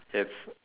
yes